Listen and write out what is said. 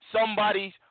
somebody's